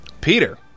Peter